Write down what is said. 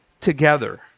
together